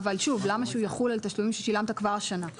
אבל למה שהוא יחול על תשלומים ששילמת כבר השנה?